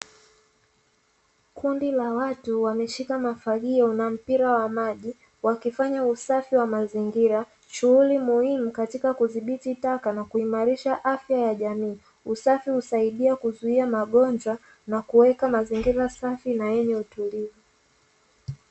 Kundi la watu wameshika mafagio na mpira wa maji wakifanya usafi wa mazingira, shughuli muhimu katika kudhibiti taka na kuimarisha afya ya jamii. Usafi husaidia kuzuia magonjwa na kuweka mazingira safi na yenye utulivu.